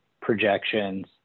projections